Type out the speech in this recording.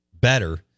better